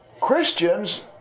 Christians